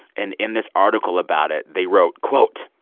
and in this article about it, they wrote, quote,